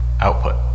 Output